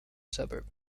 suburb